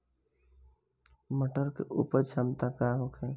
मटर के उपज क्षमता का होखे?